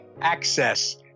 access